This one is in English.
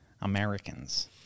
Americans